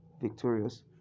victorious